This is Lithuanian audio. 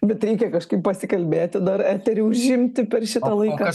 bet reikia kažkaip pasikalbėti dar eterį užimti per šitą laiką